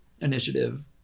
Initiative